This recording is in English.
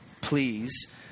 please